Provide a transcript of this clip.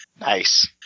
Nice